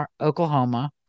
Oklahoma